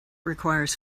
requires